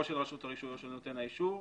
רשות הרישוי או נותן האישור,